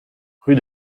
rue